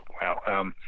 wow